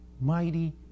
mighty